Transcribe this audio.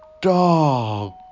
dog